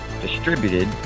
distributed